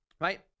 right